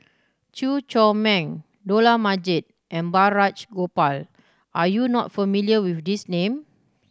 Chew Chor Meng Dollah Majid and Balraj Gopal are you not familiar with these name